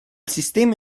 sistema